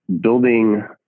building